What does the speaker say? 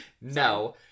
No